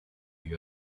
you